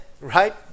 right